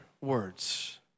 words